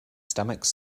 stomach